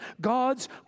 God's